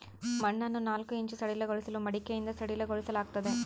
ಮಣ್ಣನ್ನು ನಾಲ್ಕು ಇಂಚು ಸಡಿಲಗೊಳಿಸಲು ಮಡಿಕೆಯಿಂದ ಸಡಿಲಗೊಳಿಸಲಾಗ್ತದೆ